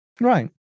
right